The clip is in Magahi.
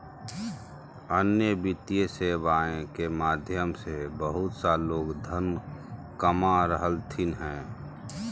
अन्य वित्तीय सेवाएं के माध्यम से बहुत सा लोग धन कमा रहलथिन हें